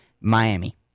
Miami